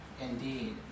indeed